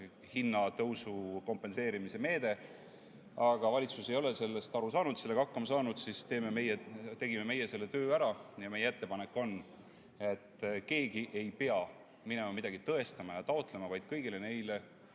tõusu kompenseerimise meede, aga kuna valitsus ei ole sellest aru saanud, sellega hakkama saanud, siis tegime meie selle töö ära. Meie ettepanek on, et keegi ei pea minema midagi tõestama ja taotlema, vaid kõigil neil,